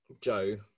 Joe